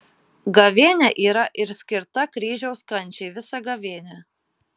gavėnia yra ir skirta kryžiaus kančiai visa gavėnia